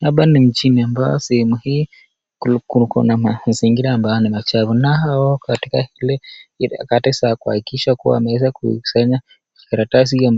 Hapa ni mjini ambapo sehemu hii kuna mazingira ambayo ni machafu nao katika harakati kuhakikisha kuwa wameweza kukusanya makaratasi